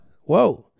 Whoa